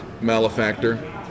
malefactor